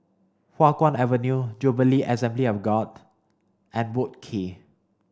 Hua Guan Avenue Jubilee Assembly of God and Boat Quay